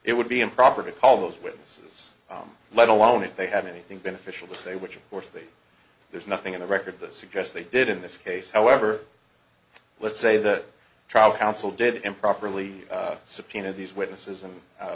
it would be improper to call those witnesses let alone if they had anything beneficial to say which of course they there's nothing in the record the suggest they did in this case however let's say that trial counsel did improperly subpoena these witnesses and